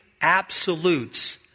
absolutes